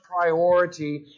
priority